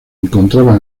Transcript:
encontraba